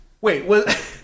Wait